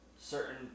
certain